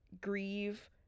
grieve